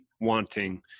wanting